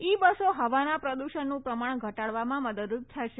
ઇ બસો હવાના પ્રદૂષણનું પ્રમાણ ઘટાડવામાં મદદરૂપ થશે